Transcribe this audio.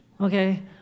Okay